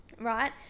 right